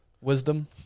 Wisdom